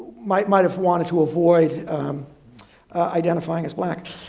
might might have wanted to avoid identifying as black.